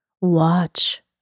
Watch